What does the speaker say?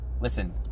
listen